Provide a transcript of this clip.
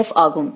ஃப் ஆகும்